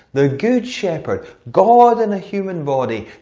the good shepherd, god in a human body,